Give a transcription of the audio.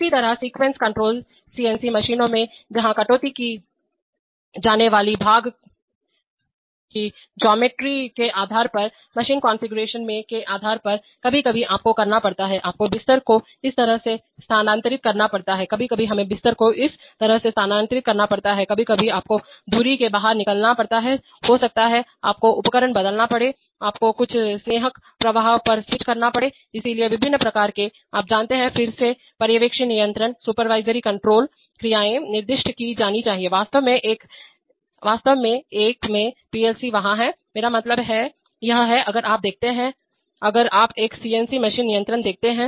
इसी तरह sequence control CNC मशीनों में जहां कटौती की जाने वाली भाग कीज्योमेट्री के आधार पर मशीन कॉन्फ़िगरेशन के आधार पर कभी कभी आपको करना पड़ता है आपको बिस्तर को इस तरह से स्थानांतरित करना पड़ता है कभी कभी हमें बिस्तर को इस तरह से स्थानांतरित करना पड़ता है कभी कभी आपको धुरी को बाहर निकालना पड़ता है हो सकता है आपको उपकरण बदलना पड़े आपको कुछ स्नेहक प्रवाह पर स्विच करना पड़ सकता है इसलिए विभिन्न प्रकार के आप जानते हैं फिर से पर्यवेक्षी नियंत्रणसुपरवाइजरी कंट्रोल क्रियाएं निर्दिष्ट की जानी चाहिए वास्तव में एक में पीएलसी वहाँ हैं मेरा मतलब है यह है अगर आप देखते हैं अगर आप एक सीएनसी मशीन नियंत्रण देखते हैं